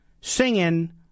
singing